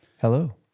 hello